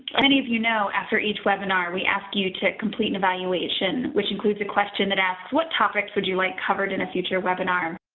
many of you know, after each webinar we ask you to complete an evaluation which includes a question that asks, what topics would you like covered in a future webinar?